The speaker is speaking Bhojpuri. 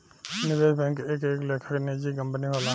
निवेश बैंक एक एक लेखा के निजी कंपनी होला